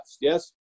Yes